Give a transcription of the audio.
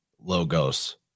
Logos